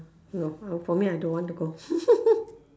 no uh for me I don't want to go